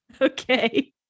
okay